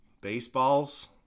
baseballs